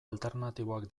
alternatiboak